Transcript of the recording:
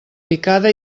picada